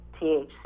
THC